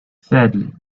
sadly